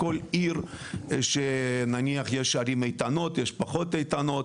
יש ערים איתנות ויש ערים שהן פחות איתנות.